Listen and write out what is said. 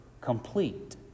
complete